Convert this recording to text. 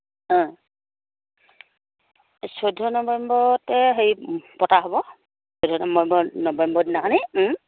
অঁ চৈধ্য নৱেম্বৰতে হেৰি পতা হ'ব চৈধ্য নৱেম্বৰ নৱেম্বৰ দিনাখনি